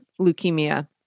leukemia